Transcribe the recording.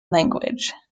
language